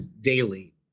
daily